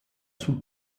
sul